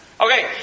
Okay